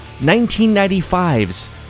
1995's